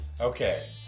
Okay